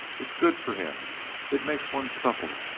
it's good for him it makes one supple,